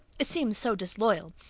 it seems so disloyal.